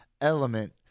element